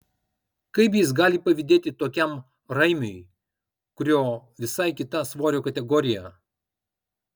kaip jis gali pavydėti tokiam raimiui kurio visai kita svorio kategorija